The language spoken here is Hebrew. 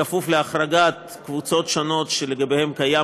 בכפוף להחרגת קבוצות שונות שלגביהן כבר